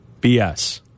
BS